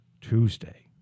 Tuesday